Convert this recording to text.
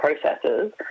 processes